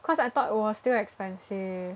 cause I thought it was too expensive